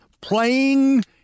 playing